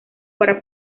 para